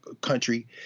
country